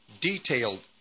detailed